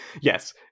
Yes